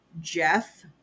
Jeff